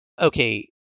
Okay